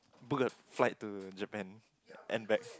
book a flight to Japan and back